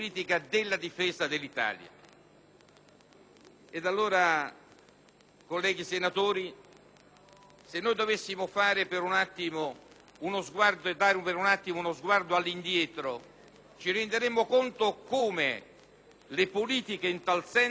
dell'Italia. Colleghi senatori, se dovessimo volgere per un attimo uno sguardo all'indietro ci renderemmo conto di come le politiche in tal senso siano cambiate e migliorate.